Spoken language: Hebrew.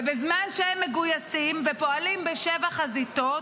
ובזמן שהם מגויסים ופועלים בשבע חזיתות,